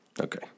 Okay